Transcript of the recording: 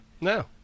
No